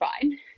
fine